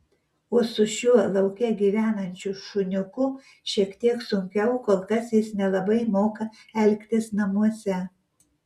o su šiuo lauke gyvenančiu šuniuku šiek tiek sunkiau kol kas jis nelabai moka elgtis namuose